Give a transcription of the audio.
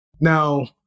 Now